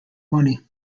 money